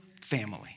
family